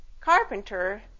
carpenter